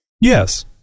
Yes